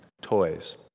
toys